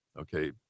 Okay